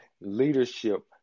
leadership